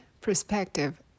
perspective